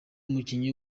umukinnyi